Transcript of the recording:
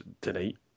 tonight